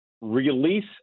release